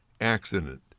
accident